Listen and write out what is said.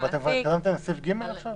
זה לא סעיף (ג) עכשיו?